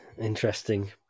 Interesting